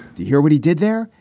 to hear what he did there.